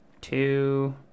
two